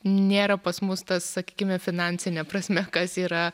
nėra pas mus ta sakykime finansine prasme kas yra